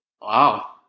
Wow